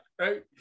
right